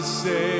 Say